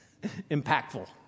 impactful